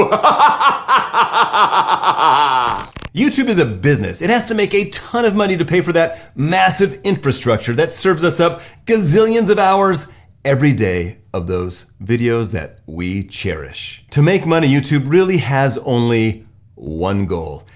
ah youtube is a business. it has to make a ton of money to pay for that massive infrastructure that serves us up gazillions of hours everyday of those videos that we cherish. to make money, youtube really has only one goal,